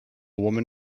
woman